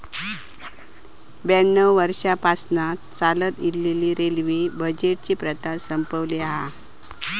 ब्याण्णव वर्षांपासना चालत इलेली रेल्वे बजेटची प्रथा संपवली हा